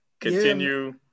Continue